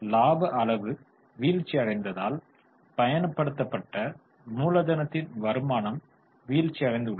லாப அளவு வீழ்ச்சியடைந்ததால் பயன்படுத்தப்பட்ட மூலதனத்தின் வருமானம் வீழ்ச்சியடைந்துள்ளது